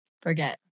forget